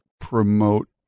promote